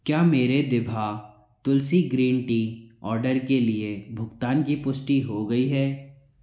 क्या मेरे दिबहा तुलसी ग्रीन टी ऑर्डर के लिए भुगतान की पुष्टि हो गई है